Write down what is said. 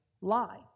lie